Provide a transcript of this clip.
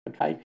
Okay